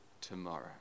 tomorrow